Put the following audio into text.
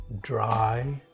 dry